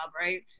Right